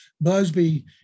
Busby